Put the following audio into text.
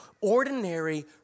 Ordinary